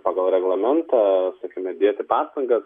pagal reglamentą sakykime dėti pastangas